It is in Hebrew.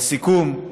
לסיכום,